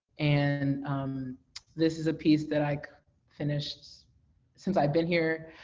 and this is a piece that i like finished since i've been here.